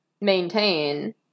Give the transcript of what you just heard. maintain